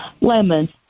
lemons